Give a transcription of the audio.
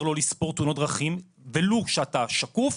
לא לספור תאונות דרכים ולו כשאתה שקוף,